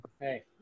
Hey